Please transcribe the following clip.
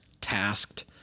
tasked